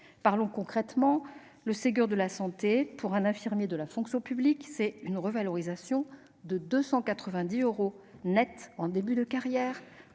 Parlons concrètement : le Ségur de la santé représente ainsi pour un infirmier de la fonction publique une revalorisation de 290 euros net en début de carrière,